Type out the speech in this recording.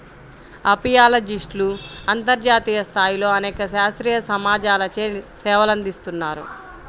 అపియాలజిస్ట్లు అంతర్జాతీయ స్థాయిలో అనేక శాస్త్రీయ సమాజాలచే సేవలందిస్తున్నారు